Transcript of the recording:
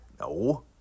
no